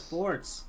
Sports